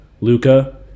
Luca